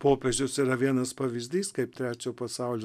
popiežius yra vienas pavyzdys kaip trečio pasaulio